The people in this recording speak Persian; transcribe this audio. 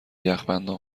یخبندان